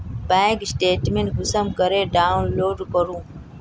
Bank statement कुंसम करे download करूम?